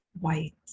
white